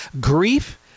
grief